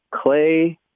Clay –